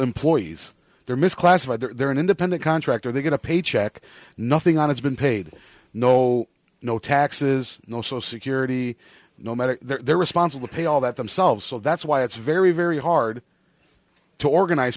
employees they're misclassified they're an independent contractor they get a paycheck nothing on it's been paid no no taxes no security no matter their responsible pay all that themselves so that's why it's very very hard to organize